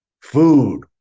Food